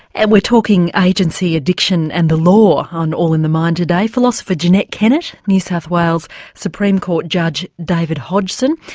and we're talking agency, addiction and the law on all in the mind today. philosopher jeanette kennett, new south wales supreme court judge david hodgson,